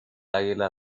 águila